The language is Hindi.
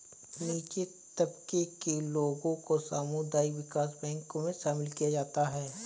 नीचे तबके के लोगों को सामुदायिक विकास बैंकों मे शामिल किया जाता है